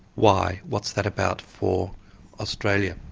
why? what's that about for australia?